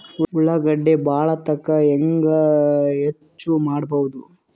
ಉಳ್ಳಾಗಡ್ಡಿ ಬಾಳಥಕಾ ಹೆಂಗ ಹೆಚ್ಚು ಮಾಡಬಹುದು?